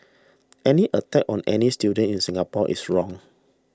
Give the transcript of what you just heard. any attack on any student in Singapore is wrong